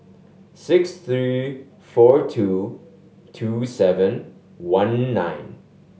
six three four two two seven one nine